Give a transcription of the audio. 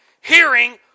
hearing